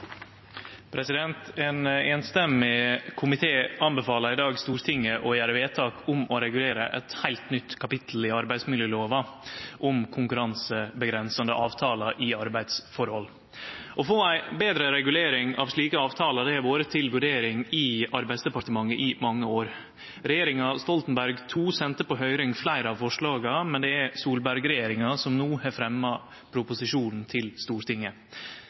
vedtatt. Ein samrøystes komité anbefaler i dag Stortinget å gjere vedtak om å regulere eit heilt nytt kapittel i arbeidsmiljølova om konkurranseavgrensande avtalar i arbeidsforhold. Å få ei betre regulering av slike avtalar har vore til vurdering i Arbeidsdepartementet i mange år. Regjeringa Stoltenberg II sende på høyring fleire av forslaga, men det er Solberg-regjeringa som no har fremja proposisjonen til Stortinget.